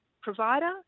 provider